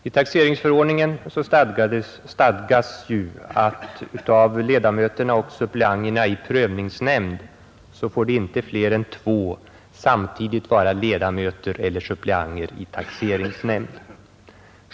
I taxeringsförordningen stadgas ju att av ledamöterna och suppleanterna i prövningsnämnd får inte fler än två samtidigt vara ledamöter eller suppleanter i taxeringsnämnd.